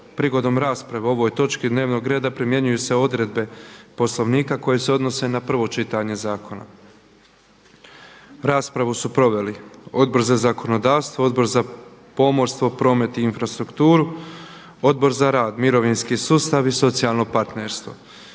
Prigodom rasprave o ovoj točki dnevnog reda primjenjuju se odredbe Poslovnika koje se odnose na prvo čitanje Zakona. Raspravu su proveli Odbor za zakonodavstvo, Odbor za pomorstvo, promet i infrastrukturu, Odbor za rad, mirovinski sustavi socijalno partnerstvo.